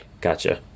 gotcha